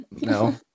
No